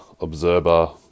Observer